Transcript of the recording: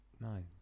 No